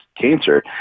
cancer